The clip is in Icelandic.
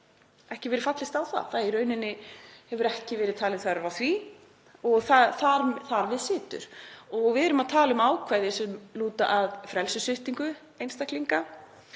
ekki verið fallist á það, í rauninni hefur ekki verið talin þörf á því og þar við situr. Við erum að tala um ákvæði sem lúta að frelsissviptingu einstaklinga.